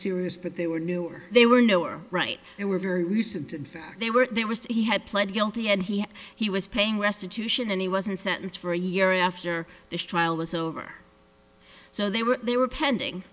serious but they were new or they were no or right they were very recent in fact they were they were he had pled guilty and he he was paying restitution and he wasn't sentenced for a year after the trial was over so they were they were pending